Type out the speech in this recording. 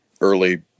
early